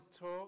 talk